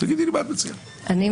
נו,